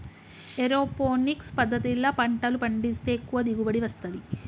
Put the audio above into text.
aeroponics పద్దతిల పంటలు పండిస్తే ఎక్కువ దిగుబడి వస్తది